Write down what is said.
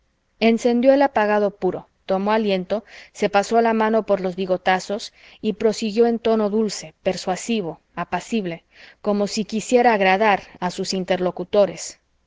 encendió el apagado puro tomó aliento se pasó la mano por los bigotazos y prosiguió en tono dulce persuasivo apacible como si quisiera agradar a sus interlocutores